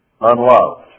unloved